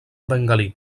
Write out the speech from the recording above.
bengalí